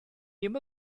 ddim